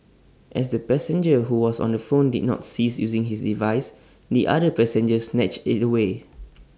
as the passenger who was on the phone did not cease using his device the other passenger snatched IT away